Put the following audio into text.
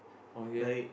oh ya